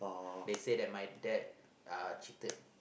they say that my dad are cheated